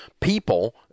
people